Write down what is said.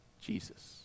Jesus